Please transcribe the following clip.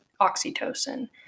oxytocin